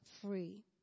free